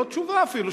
לא תשובה אפילו,